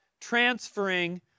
transferring